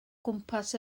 gwmpas